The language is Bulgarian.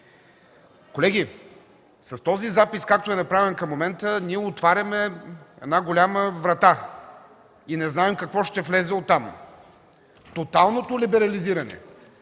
Колеги, с този запис, както е направен към момента, отваряме една голяма врата и не знаем какво ще влезе от там. Тоталното либерализиране,